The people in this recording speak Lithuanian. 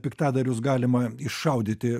piktadarius galima iššaudyti